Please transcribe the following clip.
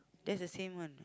that's the same one